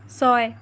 ছয়